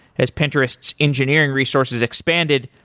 as pinterest's engineering resources expanded,